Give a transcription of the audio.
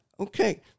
okay